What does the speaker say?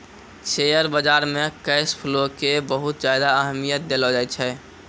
share बाजार मे cash flow के बहुत ज्यादा अहमियत देलो जाए छै